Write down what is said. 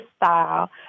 style